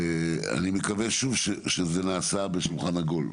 אני מקווה שוב שזה נעשה בשולחן עגול.